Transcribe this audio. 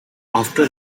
after